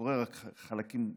קורא רק חלקים נבחרים.